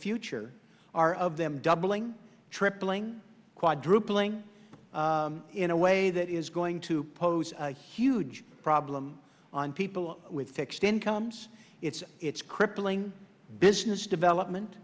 future are of them doubling tripling quadrupling in a way that is going to pose a huge problem on people with then comes it's it's crippling business development